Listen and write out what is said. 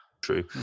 true